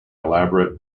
elaborate